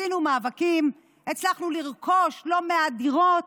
עשינו מאבקים, הצלחנו לרכוש לא מעט דירות,